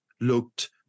looked